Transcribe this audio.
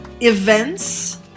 events